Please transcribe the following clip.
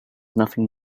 nothing